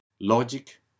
logic